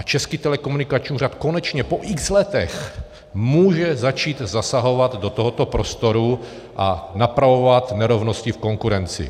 Český telekomunikační úřad konečně po x letech může začít zasahovat do tohoto prostoru a napravovat nerovnosti v konkurenci.